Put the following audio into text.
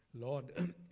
lord